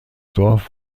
dorf